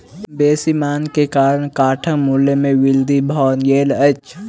बेसी मांग के कारण काठक मूल्य में वृद्धि भ गेल अछि